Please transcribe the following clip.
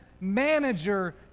manager